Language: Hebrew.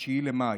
ב-9 במאי.